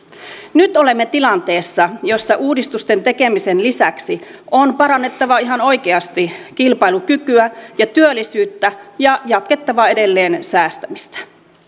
nyt olemme tilanteessa jossa uudistusten tekemisen lisäksi on parannettava ihan oikeasti kilpailukykyä ja työllisyyttä ja jatkettava edelleen säästämistä